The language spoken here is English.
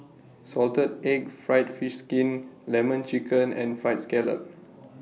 Salted Egg Fried Fish Skin Lemon Chicken and Fried Scallop